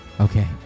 okay